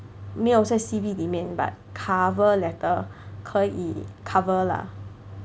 没有在 C_V 里面 but cover letter 可以 cover lah